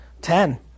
Ten